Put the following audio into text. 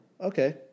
okay